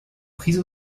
prise